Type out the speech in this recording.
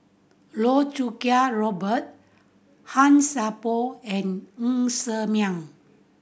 Loh Choo Kiat Robert Han Sai Por and Ng Ser Miang